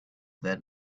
that